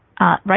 Right